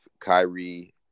Kyrie